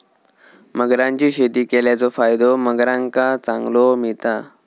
मगरांची शेती केल्याचो फायदो मगरांका चांगलो मिळता